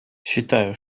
считаю